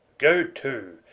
go too,